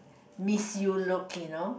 miss you look you know